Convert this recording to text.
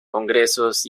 congresos